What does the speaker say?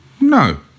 No